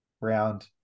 round